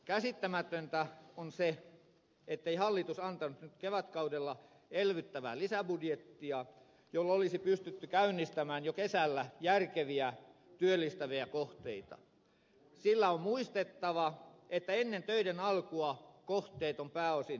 käsittämätöntä on se ettei hallitus antanut nyt kevätkaudella elvyttävää lisäbudjettia jolla olisi pystytty käynnistämään jo kesällä järkeviä työllistäviä kohteita sillä on muistettava että ennen töiden alkua kohteet on pääosin kilpailutettava